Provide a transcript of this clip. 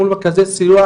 מול מרכזי סיוע,